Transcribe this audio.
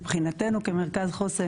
מבחינתנו כמרכז חוסן.